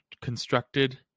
constructed